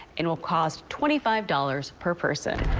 and will cost twenty five dollars per person.